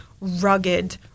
rugged